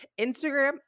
Instagram